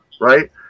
Right